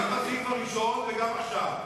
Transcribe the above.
גם בסעיף הראשון וגם עכשיו.